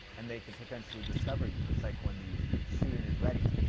and they could potentially discover you. it's like when the student is ready,